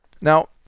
Now